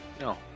No